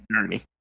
journey